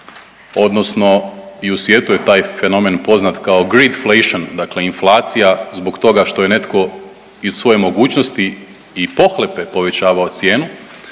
odnosno i u svijetu je taj fenomen poznat kao great fashion, dakle inflacija zbog toga što je netko iz svoje mogućnosti i pohlepe povećavao cijenu,